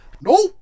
No